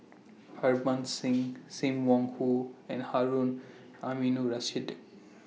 Harbans Singh SIM Wong Hoo and Harun Aminurrashid